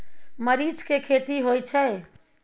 मरीच के खेती होय छय?